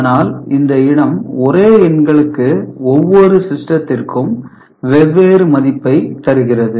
அதனால் இந்த இடம் ஒரே எண்களுக்கு ஒவ்வொரு சிஸ்டத்திற்கும் வெவ்வேறு மதிப்பை தருகிறது